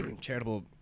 charitable